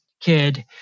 kid